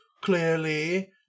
clearly